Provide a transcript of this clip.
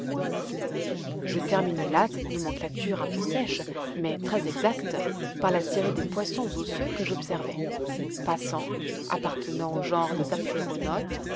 je termine là cette nomenclature un peu sèche mais très exacte par la série des poissons osseux que j'observai passans appartenant au genre des